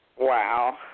Wow